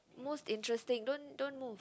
most interesting don't don't move